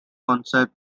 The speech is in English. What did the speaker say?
concept